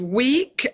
week